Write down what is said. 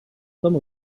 some